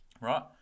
right